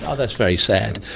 ah that's very sad.